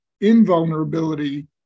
invulnerability